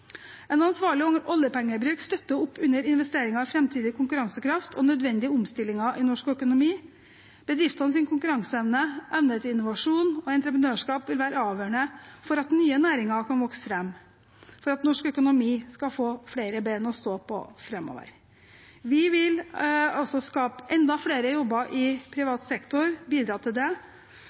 En ansvarlig oljepengebruk støtter opp under investeringer i framtidig konkurransekraft og nødvendige omstillinger i norsk økonomi. Bedriftenes konkurranseevne, evne til innovasjon og entreprenørskap vil være avgjørende for at nye næringer kan vokse fram og for at norsk økonomi skal få flere ben å stå på framover. Vi vil bidra til å skape enda flere jobber i privat sektor,